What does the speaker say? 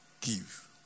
give